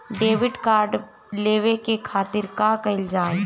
Debit card लेवे के खातिर का कइल जाइ?